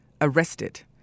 arrested